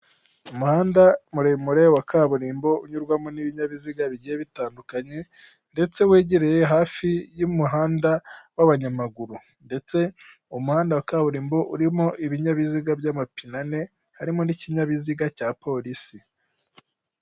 Umuhanda muremure wa kaburimbo unyurwamo n'ibinyabiziga bigiye bitandukanye ndetse wegereye hafi y'umuhanda w'abanyamaguru ndetse uwo muhanda wa kaburimbo urimo ibinyabiziga by'amapine ane harimo n'ikinyabiziga cya polisi.